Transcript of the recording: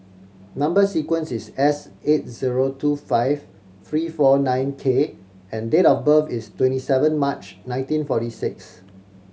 number sequence is S eight zero two five three four nine K and date of birth is twenty seven March nineteen forty six